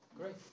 great